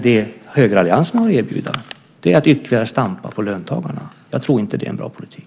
Det högeralliansen har att erbjuda är att ytterligare stampa på löntagarna. Det är inte en bra politik.